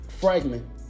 Fragment